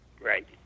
right